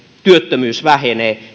työttömyys vähenee